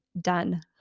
done